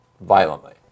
violently